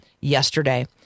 yesterday